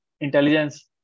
intelligence